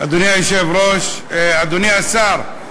אדוני היושב-ראש, אדוני השר,